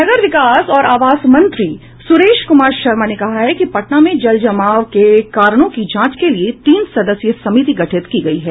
नगर विकास और आवास मंत्री सुरेश कुमार शर्मा ने कहा है कि पटना में जलजमाव के कारणों की जांच के लिये तीन सदस्यीय समिति गठित की गयी है